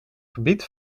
gebied